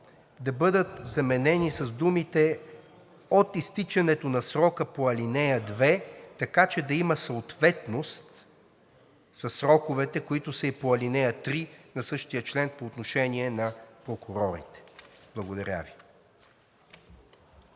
да бъдат заменени с думите „от изтичането на срока по ал. 2“, така че да има съответност със сроковете, които са и по ал. 3 на същия член по отношение на прокурорите. Благодаря Ви.